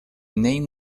name